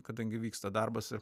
kadangi vyksta darbas